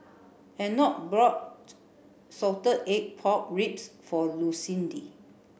Enoch brought salted egg pork ribs for Lucindy